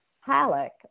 Halleck